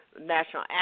National